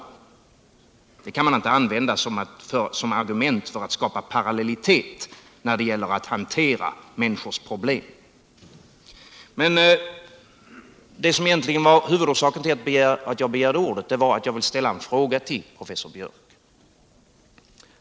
Det begreppet kan man inte använda för att skapa parallellitet när det gäller att hantera människors problem. Men det som egentligen var huvudorsaken till att jag begärde ordet var att jag vill ställa en fråga till professor Biörck.